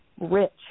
rich